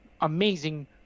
amazing